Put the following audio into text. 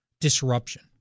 disruption